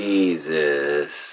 Jesus